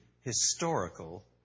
historical